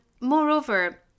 moreover